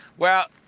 well,